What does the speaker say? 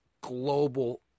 global